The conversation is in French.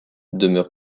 demeure